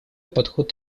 подход